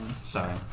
Sorry